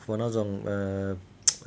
for 那种 uh